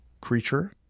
creature